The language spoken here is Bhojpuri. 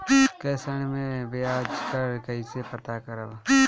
कृषि ऋण में बयाज दर कइसे पता करब?